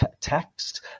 text